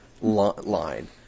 line